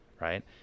right